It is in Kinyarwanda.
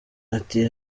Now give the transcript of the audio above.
ati